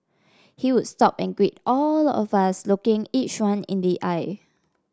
he would stop and greet all of us looking each one in the eye